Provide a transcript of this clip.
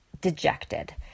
dejected